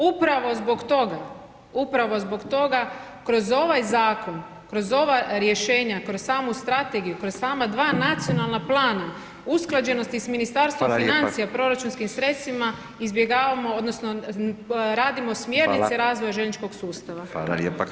Upravo zbog toga, upravo zbog toga, kroz ovaj zakon, kroz ova rješenja, kroz samu strategiju, kroz sama 2 nacionalna plana usklađenosti s Ministarstvom financija, proračunskim sredstvima, izbjegavamo, odnosno, radimo smjernice razvoja željezničkog sustava.